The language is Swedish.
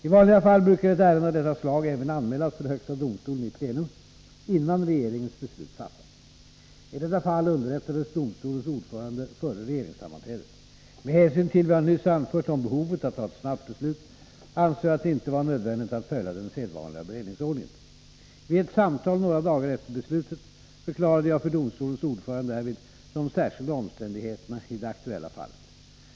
I vanliga fall brukar ett ärende av detta slag även anmälas för högsta domstolen i plenum, innan regeringens beslut fattas. I detta fall underrättades domstolens ordförande före regeringssammanträdet. Med hänsyn till vad jag nyss anfört om behovet att ta ett snabbt beslut ansåg jag att det inte var nödvändigt att följa den sedvanliga beredningsordningen. Vid ett samtal några dagar efter beslutet förklarade jag för domstolens ordförande de särskilda omständigheterna i det aktuella fallet.